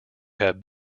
have